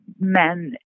men